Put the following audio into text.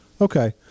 Okay